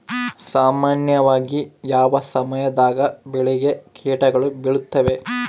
ಸಾಮಾನ್ಯವಾಗಿ ಯಾವ ಸಮಯದಾಗ ಬೆಳೆಗೆ ಕೇಟಗಳು ಬೇಳುತ್ತವೆ?